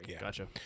Gotcha